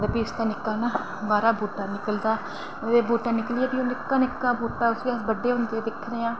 ते ओह्बी उस चा बाहरा बूह्टा निकलदा ते उस चा निक्का निक्का बूह्टा ते उसी अस बड्डे होंदे दिक्खने आं